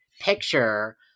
picture